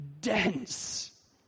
dense